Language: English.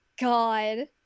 God